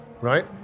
right